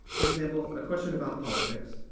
for example, a question about politics,